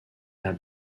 are